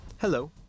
Hello